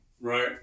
Right